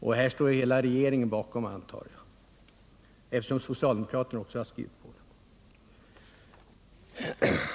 och detta antar jag att hela riksdagen står bakom, eftersom också socialdemokraterna har skrivit så.